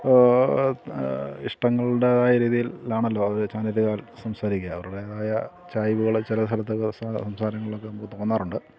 ഇഷ്ടങ്ങളടേതായ രീതിയിലാണല്ലോ അവർ ചാനലുകാർ സംസാരിക്കുക അവരുടേതായ ചാനലുകൾ ചില സ്ഥലത്ത് സംസാരങ്ങളിലൊക്കെ നമുക്ക് തോന്നാറുണ്ട്